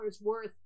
worth